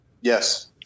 Yes